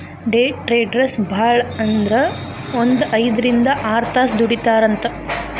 ಡೆ traders ಭಾಳಂದ್ರ ಒಂದ್ ಐದ್ರಿಂದ್ ಆರ್ತಾಸ್ ದುಡಿತಾರಂತ್